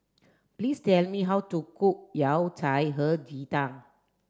please tell me how to cook yao cai he ji tang